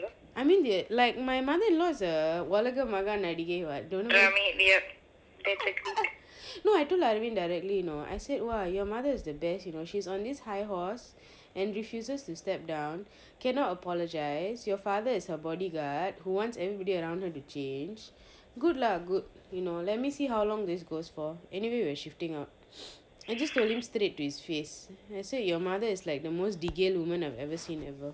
I mean they like my mother in law's a ஒலக மகா நடிகை:olaha mahaa nadigai [what] no I told aravinth directly you know I said !wah! your mother is the best you know she's on this high horse and refuses to step down cannot apologize your father is her body guard who wants everybody around her to change good lah good you know let me see how long this goes for anyway we are shifting out I just told him straight to his face I said your mother is like the most degale woman I've ever seen ever